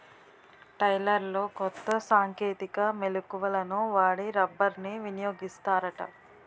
టైర్లలో కొత్త సాంకేతిక మెలకువలను వాడి రబ్బర్ని వినియోగిస్తారట